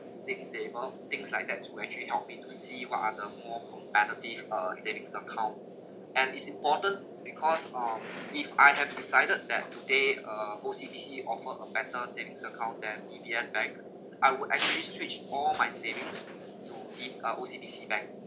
singsaver things like that will actually helped me to see what are the more competitive uh savings account and is important because of if II have decided that today uh O_C_B_C offer a better savings account than D_B_S bank I would actually switch all my savings to in uh O_C_B_C bank